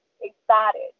excited